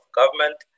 government